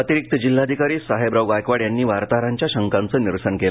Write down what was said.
अतिरिक्त जिल्हाधिकारी साहेबराव गायकवाड यांनी वार्ताहरांच्या शंकांचं निरसन केलं